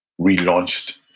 relaunched